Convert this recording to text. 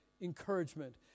encouragement